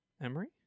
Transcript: Emery